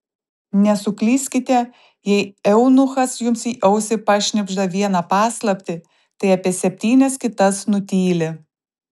nesuklyskite jei eunuchas jums į ausį pašnibžda vieną paslaptį tai apie septynias kitas nutyli